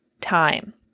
time